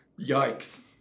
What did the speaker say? Yikes